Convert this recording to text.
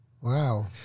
Wow